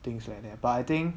things like that but I think